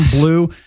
blue